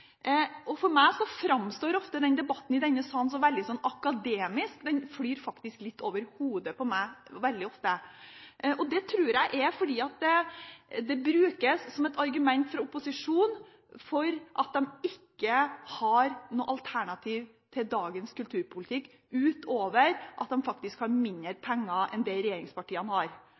For meg framstår ofte den debatten i denne salen veldig akademisk. Den flyr faktisk veldig ofte litt over hodet på meg. Det tror jeg er fordi det brukes som et argument fra opposisjonen for at de ikke har noe alternativ til dagens kulturpolitikk, utover at de faktisk har mindre penger enn det regjeringspartiene har.